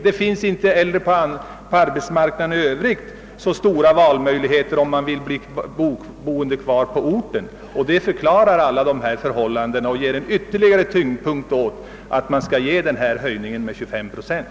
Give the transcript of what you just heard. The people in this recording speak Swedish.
Det finns inte heller på arbetsmarknaden i övrigt så stora valmöjligheter, om man vill bo kvar på orten. Detta förklarar alla dessa förhållanden och ger en ytterligare tyngdpunkt åt vårt krav på en höjning med 25 procent.